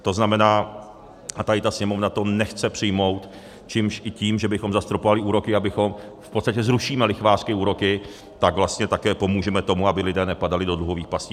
To znamená a tady ta Sněmovna to nechce přijmout, čímž i tím, že bychom zastropovali úroky, abychom v podstatě zrušíme lichvářské úroky tak vlastně také pomůžeme tomu, aby lidé nepadali do dluhových pastí.